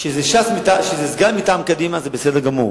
כשזה סגן מטעם קדימה זה בסדר גמור,